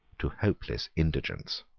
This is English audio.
to hopeless indigence.